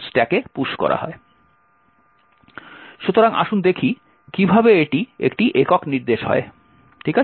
সুতরাং আসুন দেখি কিভাবে এটি একটি একক নির্দেশে হয় ঠিক আছে